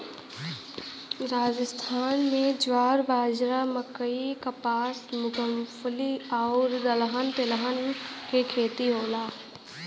राजस्थान में ज्वार, बाजरा, मकई, कपास, मूंगफली आउर दलहन तिलहन के खेती होला